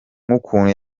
n’ukuntu